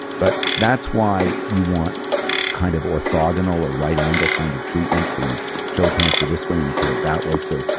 but that's why you want kind of orthogonal or right angle kind of treatment so you kill cancer this way and you kill it that way. so,